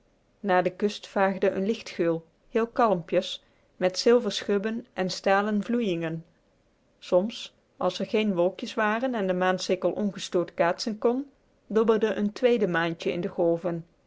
naar de kust vaagde een lichtgeul heel kalmpjes met zilverschubben en stalen vloeiingen soms als r geen wolkjes waren en de maansikkel ongestoord kaatsen kon dobberde een tweede maantje in de golven